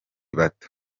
bato